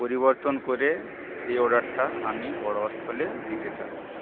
পরিবর্তন করে সেই অর্ডারটা আমি বড় স্থলে দিতে চাই